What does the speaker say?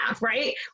right